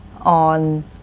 on